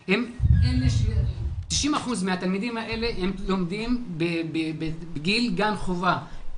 ש-90% מהתלמידים האלה לומדים בגיל גן חובה.